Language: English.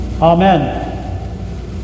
Amen